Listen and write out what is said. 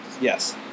Yes